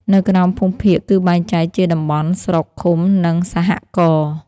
នៅក្រោមភូមិភាគ គឺបែងចែកជា «តំបន់», «ស្រុក», «ឃុំ» និង «សហករណ៍»។